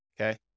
okay